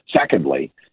Secondly